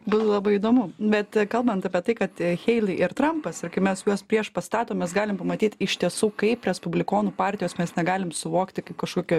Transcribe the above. buvo labai įdomu bet kalbant apie tai kad heili ir trampas ir kai mes juos prieš pastatom mes galime pamatyt iš tiesų kaip respublikonų partijos mes negalim suvokti kažkokio